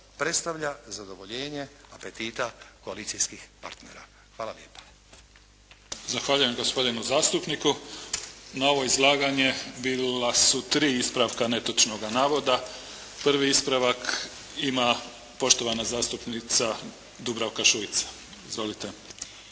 predstavlja zadovoljenje apetita koalicijskih partnera. Hvala lijepa. **Mimica, Neven (SDP)** Zahvaljujem gospodinu zastupniku. Na ovo izlaganje bila su tri ispravka netočnoga navoda. Prvi ispravak ima poštovana zastupnica Dubravka Šuica. Izvolite.